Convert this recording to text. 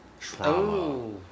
trauma